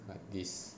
like this